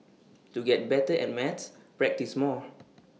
to get better at maths practise more